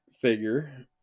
figure